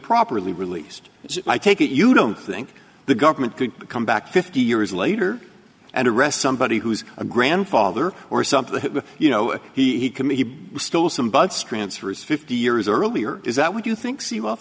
properly released but i take it you don't think the government could come back fifty years later and arrest somebody who's a grandfather or something you know he could be still some bus transfer is fifty years earlier is that what you think s